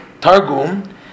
Targum